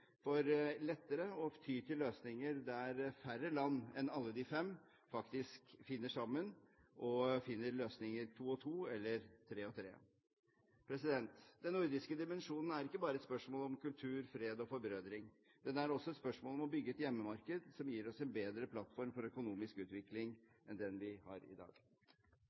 for lettere å ty til løsninger der færre land enn alle de fem finner sammen, finner løsninger to og to eller tre og tre. Den nordiske dimensjonen er ikke bare et spørsmål om kultur, fred og forbrødring. Det er også et spørsmål om å bygge et hjemmemarked som gir oss en bedre plattform for økonomisk utvikling enn den vi har i dag.